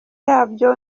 yabyo